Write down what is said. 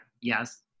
yes